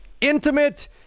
intimate